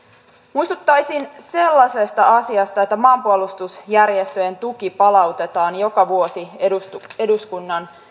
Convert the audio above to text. muistuttaisin sellaisesta asiasta että maanpuolustusjärjestöjen tuki palautetaan joka vuosi eduskunnan eduskunnan